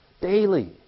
Daily